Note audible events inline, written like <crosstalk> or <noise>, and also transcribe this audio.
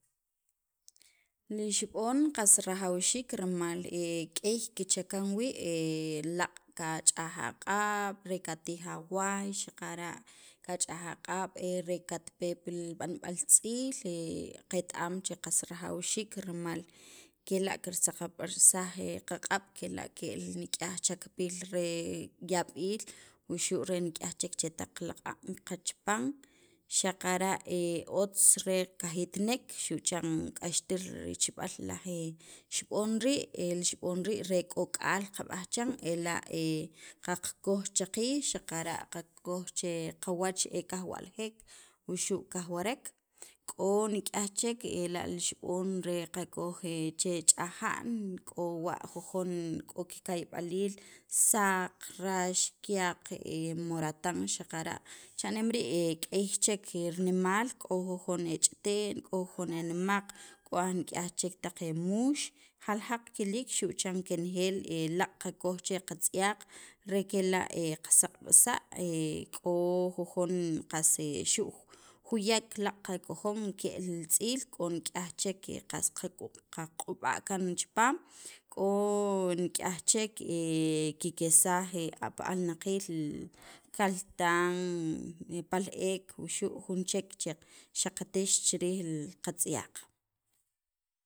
li xib'on qas rajawxiik rimal qas k'ey kichakan wii' <hesitation> laaq' qach'aj aq'ab' re katij awaay xaqara' kach'aj aq'ab' ee katpe pi li b'anb'al tz'iil <hesitation> qet- am che qas rajawxiik rimal kela' kirsaqab'saj li qaq'ab' kela' ke'l nik'yaj chakpiil re yab'iil wuxu' nik'yaj chek chetaq qalak' kachapan xaqara' otz re qajitnek xu' chan k'axtil richb'al laj xib'on rii', el xib'on rii' re k'ok'al qab'aj chiran qakoj che qiij, xaqara' qakoj che qawach ee kajwa'ljek wuxu' ee kajwarek k'o nik'ayj chek ela' li xib'on qakoj che ch'aja'n k'o wa jujon k'o kika'yb'aliil, saq, rax, kyaq moratan xaqara' k'ey chek rinemaal k'o jujon ch'ite'n k'o jujon e nemaq, k'o nik'yaj chek taq e muux, jaljaq kiliik xu' chan kenejeel laaq' qakoj che qatz'yaq re kela' qasaqb'asaj <hesitation> k'o jujon qas xu' juyak laaq' kakojon ke'l li tz'iil k'o nik'yaj chek qas qaq'ub'a' kaan chipaam k'o nik'ay chek kikesaj pi alnaqiil kaltan, <noise> pal- ek wuxu' jun chek che xaqtix chi riij qatz'yaq.